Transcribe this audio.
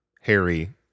Harry